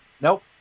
Nope